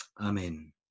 Amen